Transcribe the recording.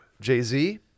Jay-Z